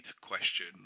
question